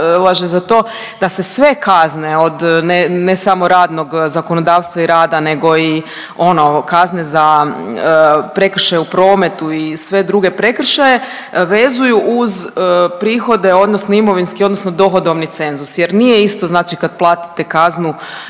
za to da se sve kazne od ne samo radnog zakonodavstva i rada nego i ono kazne za prekršaj u prometu i sve druge prekršaje vezuju uz prihode odnosno imovinski odnosno dohodovni cenzus jer nije isto kad platite kaznu